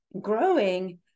growing